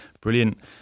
brilliant